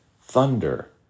thunder